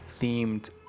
themed